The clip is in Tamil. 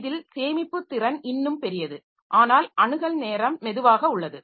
இதில் சேமிப்பு திறன் இன்னும் பெரியது ஆனால் அணுகல் நேரம் மெதுவாக உள்ளது